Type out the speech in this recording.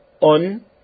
on